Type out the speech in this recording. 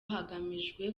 hagamijwe